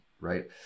right